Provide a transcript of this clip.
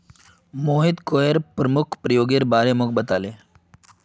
Mohit coir प्रमुख प्रयोगेर बारे मोक बताले